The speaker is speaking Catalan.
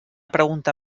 pregunta